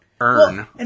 earn